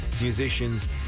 musicians